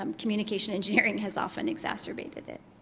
um communication engineering has often exacerbated it.